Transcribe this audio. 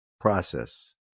process